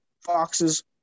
foxes